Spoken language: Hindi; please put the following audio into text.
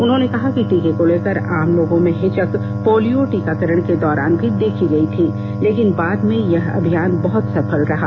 उन्होंने कहा कि टीके को लेकर आम लोगों में हिचक पोलियो टीकाकरण के दौरान भी देखी गई थी लेकिन बाद में यह अभियान बहुत सफल रहा